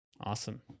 Awesome